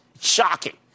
shocking